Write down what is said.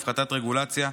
הפחתת רגולציה,